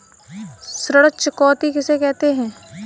ऋण चुकौती किसे कहते हैं?